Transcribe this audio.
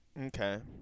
Okay